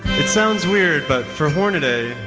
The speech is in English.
it sounds weird but for hornaday,